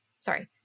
sorry